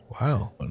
Wow